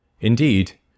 Indeed